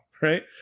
Right